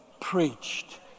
preached